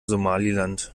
somaliland